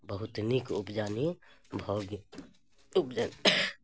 बहुत नीक उपजा ने नीक भऽ गेल उपजल